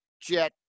jet